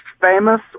famous